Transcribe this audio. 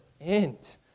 end